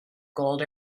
gold